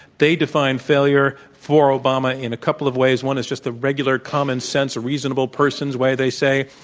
they define failure for obama in a couple of ways. one is just the regular common sense a reasonable person's way, they say,